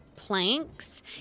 planks